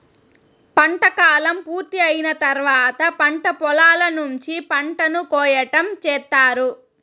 పంట కాలం పూర్తి అయిన తర్వాత పంట పొలాల నుంచి పంటను కోయటం చేత్తారు